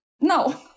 No